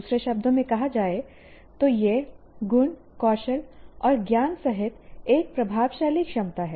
दूसरे शब्दों में कहा जाए तो यह गुण कौशल और ज्ञान सहित एक प्रभावशाली क्षमता है